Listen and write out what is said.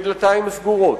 בדלתיים סגורות,